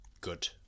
good